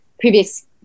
previous